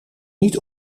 niet